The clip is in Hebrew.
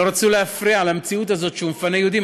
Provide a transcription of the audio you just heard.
רצו להפריע למציאות הזאת שהוא מפנה יהודים.